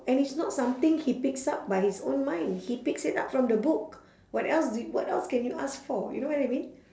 and it's not something he picks up by his own mind he picks it up from the book what else do y~ what else can you ask for you know what I mean